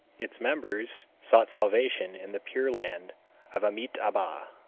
its members sought salvation in the pure land of amitabha.